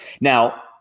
Now